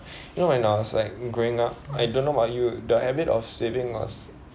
you know when I was like growing up I don't know about you the habit of saving was